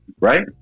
right